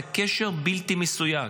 זה קשר בלתי מסויג.